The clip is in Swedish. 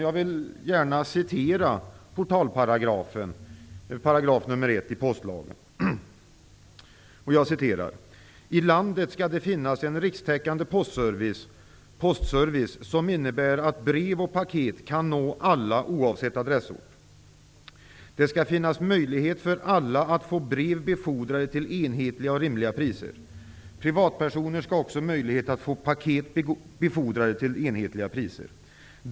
Jag vill gärna citera portalparagrafen, 1 §, i den nya postlagen: ''I landet skall det finnas en rikstäckande postservice som innebär att brev och paket kan nå alla oavsett adressort. Det skall finnas möjlighet för alla att få brev befordrade till enhetliga och rimliga priser. Privatpersoner skall också ha möjlighet att få paket befordrade till enhetliga priser.